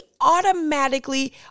automatically